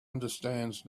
understands